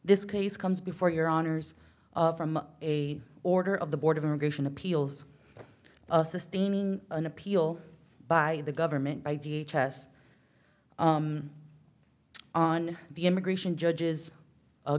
this case comes before your honor's from a order of the board of immigration appeals of sustaining an appeal by the government by v h s on the immigration judges